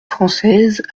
française